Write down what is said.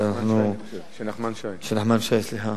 נחמן שי, סליחה.